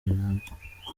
rirambye